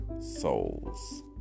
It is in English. souls